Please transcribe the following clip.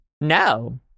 no